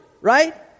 right